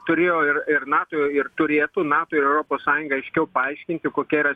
turėjo ir ir nato ir turėtų nato ir europos sąjungą aiškiau paaiškinti kokia yra